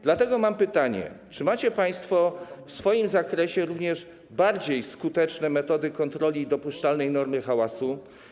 Dlatego mam pytanie: Czy macie państwo w swoim zakresie również bardziej skuteczne metody kontroli, jeśli chodzi o dopuszczalną normę hałasu?